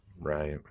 Right